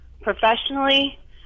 professionally